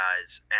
guys